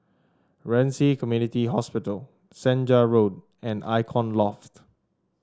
Ren Ci Community Hospital Senja Road and Icon Loft